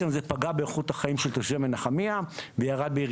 זה פגע באיכות החיים של תושבי מנחמיה והיא ירדה.